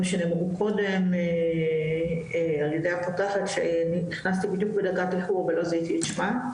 שנאמרו קודם על ידי הפקחת שנכנסתי בדיוק בדקה איחור ולא זיהיתי את שמה,